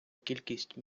кількість